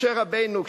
משה רבנו,